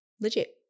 Legit